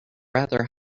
rather